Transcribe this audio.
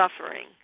suffering